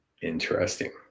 Interesting